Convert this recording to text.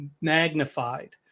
magnified